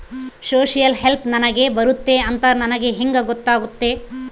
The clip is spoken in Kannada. ಸೋಶಿಯಲ್ ಹೆಲ್ಪ್ ನನಗೆ ಬರುತ್ತೆ ಅಂತ ನನಗೆ ಹೆಂಗ ಗೊತ್ತಾಗುತ್ತೆ?